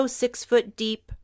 six-foot-deep